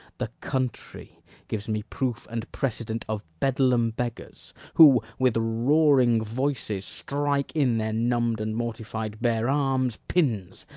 the country gives me proof and precedent of bedlam beggars, who, with roaring voices, strike in their numb'd and mortified bare arms pins,